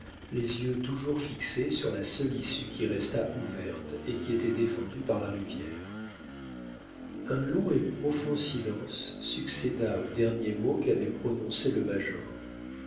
les yeux toujours fixés sur la seule issue qui restât ouverte et qui était défendue par la rivière un long et profond silence succéda aux derniers mots qu'avait prononcés le major